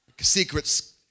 Secrets